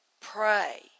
pray